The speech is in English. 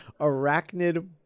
arachnid